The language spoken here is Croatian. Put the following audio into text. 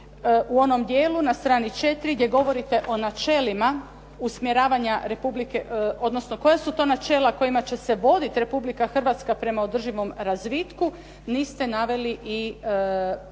u onom dijelu na stranici 4 gdje govorite o načelima usmjeravanja odnosno koja su to načela kojima će se voditi Republika Hrvatska prema održivom razvitku niste naveli i politiku